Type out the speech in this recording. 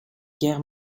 guerre